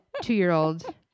two-year-old